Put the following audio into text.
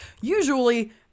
usually